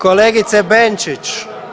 Kolegice Benčić!